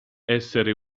essere